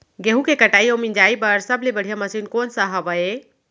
गेहूँ के कटाई अऊ मिंजाई बर सबले बढ़िया मशीन कोन सा हवये?